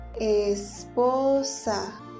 Esposa